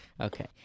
Okay